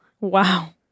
Wow